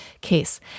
case